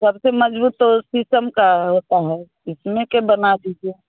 सबसे मज़बूत तो शीशम की होती है इसमें के बना दीजिए